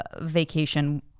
vacation